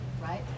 right